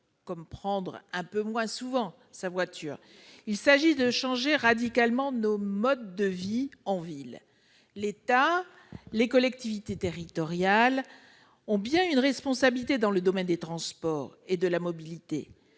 de prendre moins souvent sa voiture. Il s'agit de changer radicalement nos modes de vie en ville. L'État et les collectivités territoriales ont une responsabilité dans le domaine des transports et de la mobilité.